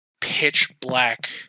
pitch-black